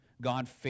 God